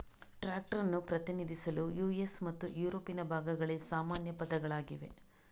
tractor ಅನ್ನು ಪ್ರತಿನಿಧಿಸಲು US ಮತ್ತು ಯುರೋಪಿನ ಭಾಗಗಳಲ್ಲಿ ಸಾಮಾನ್ಯ ಪದಗಳಾಗಿವೆ